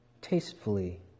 tastefully